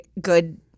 good